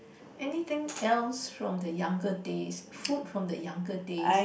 anything else from the younger days food from the younger days